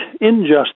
injustice